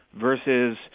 versus